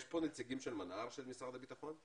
יש פה נציגים של מנה"ר של משרד הביטחון?